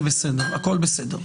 הכול בסדר.